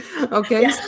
Okay